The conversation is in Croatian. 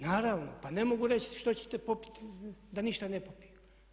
Naravno pa ne mogu reći što ćete popiti da ništa ne popiju.